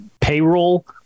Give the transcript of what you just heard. payroll